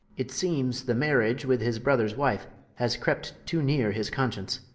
it seemes the marriage with his brothers wife ha's crept too neere his conscience